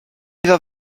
iddo